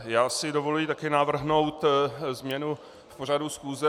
Já si dovoluji také navrhnout změnu v pořadu schůze.